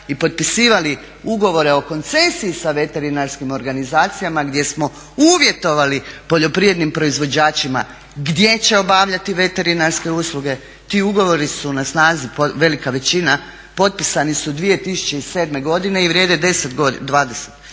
i potpisivali ugovore o koncesiji sa veterinarskim organizacijama gdje smo uvjetovali poljoprivrednim proizvođačima gdje će obavljati veterinarske usluge. Ti ugovori su na snazi, velika većina, potpisani su 2007. godine i vrijede 10 godina, 20 ili